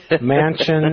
mansion